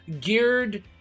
geared